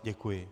Děkuji.